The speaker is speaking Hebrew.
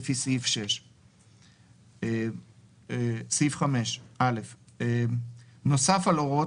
לפי סעיף 6. רישום ודיווח נוסף על הוראות